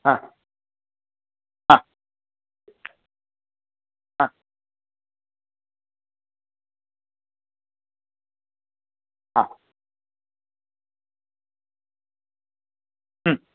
हा हा हा हा